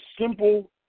simple